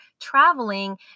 traveling